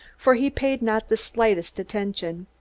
for he paid not the slightest attention.